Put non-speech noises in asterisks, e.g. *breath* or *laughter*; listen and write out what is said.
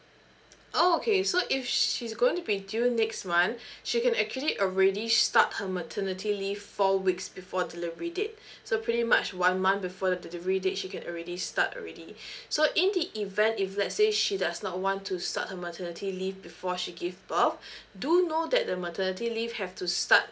okay so if she is going to be due next month *breath* she can actually already start her maternity leave four weeks before delivery date so pretty much one month before the delivery date she can already start already *breath* so in the event if let's say she does not want to start her maternity leave before she give birth do know that the maternity leave have to start